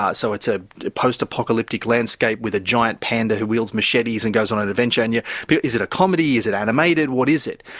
ah so it's a post-apocalyptic landscape with a giant panda who wields machetes and goes on an adventure. and yeah but is it a comedy, is it animated, what is it?